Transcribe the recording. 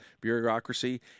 bureaucracy